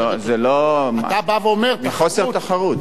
לא, מחוסר תחרות.